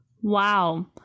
Wow